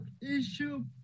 issue